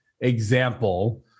example